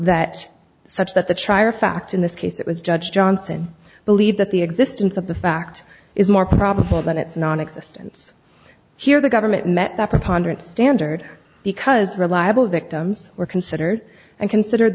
that such that the trier of fact in this case it was judge johnson believed that the existence of the fact is more probable than its nonexistence here the government met the preponderance standard because reliable victims were considered and consider